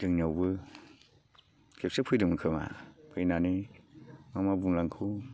जोंनियावबो खेबसे फैदोंमोन खोमा फैनानै मा मा बुंलांखो